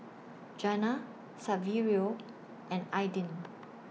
Jana Saverio and Aidyn